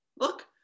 look